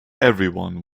everyone